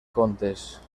contes